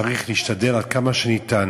צריך להשתדל עד כמה שניתן,